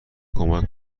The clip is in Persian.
کمک